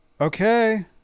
Okay